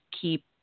keep